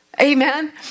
Amen